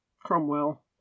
Cromwell